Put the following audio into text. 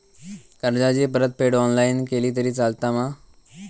कर्जाची परतफेड ऑनलाइन केली तरी चलता मा?